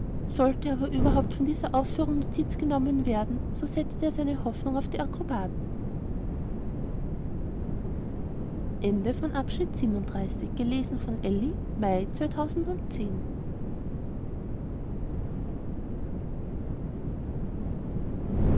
sollte aber überhaupt von diesen aufführungen notiz genommen werden so setzte er seine hoffnung auf die akrobaten